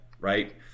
Right